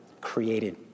created